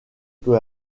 peu